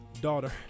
daughter